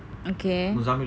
okay